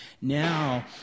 Now